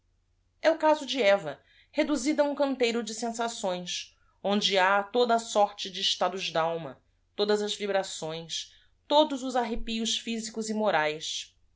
cultivai a o caso de va reduzida a um canteiro de sensações onde ha toda a sorte de estados d alma todas as vibrações todos os